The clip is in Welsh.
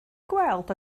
gweld